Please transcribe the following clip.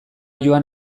joan